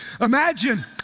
imagine